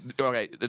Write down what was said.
okay